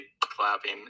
clapping